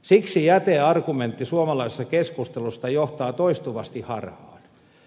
siksi jäteargumentti suomalaisessa keskustelussa johtaa toistuvasti harhaan